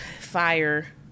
fire